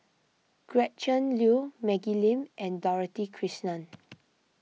Gretchen Liu Maggie Lim and Dorothy Krishnan